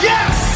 Yes